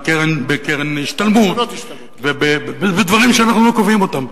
בקרן השתלמות, ובדברים שאנחנו לא קובעים אותם.